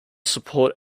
support